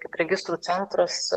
kaip registrų centras